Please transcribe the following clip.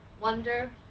wonder